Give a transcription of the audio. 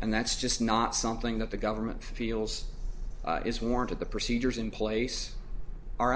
and that's just not something that the government feels is warranted the procedures in place are